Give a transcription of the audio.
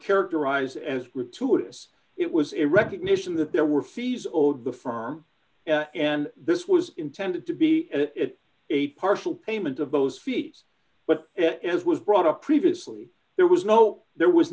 characterized as to is it was a recognition that there were fees owed the firm and this was intended to be a partial payment of those feats but as was brought up previously there was no there was